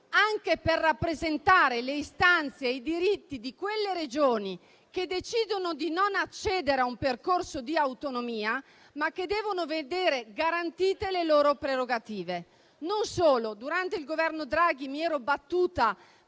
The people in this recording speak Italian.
anche per rappresentare le istanze e i diritti delle Regioni che decidono di non accedere a un percorso di autonomia, ma che devono vedere garantite le loro prerogative. Non solo: durante il Governo Draghi mi ero battuta